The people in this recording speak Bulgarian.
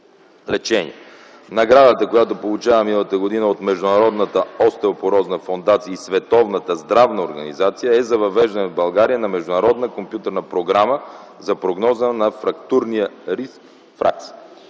лечение. Наградата, която получава миналата година от Международната остеопорозна фондация и Световната здравна организация, е за въвеждане в България на Международна компютърна програма за прогноза на фрактурния риск – Фракс.